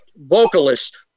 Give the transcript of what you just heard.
vocalists